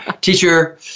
teacher